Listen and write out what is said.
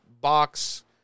box